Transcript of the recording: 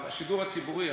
השידור הציבורי,